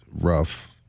rough